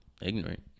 ignorant